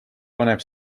paneb